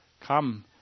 come